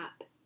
up